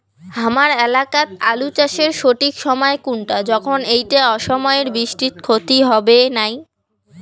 হামার এলাকাত আলু চাষের সঠিক সময় কুনটা যখন এইটা অসময়ের বৃষ্টিত ক্ষতি হবে নাই?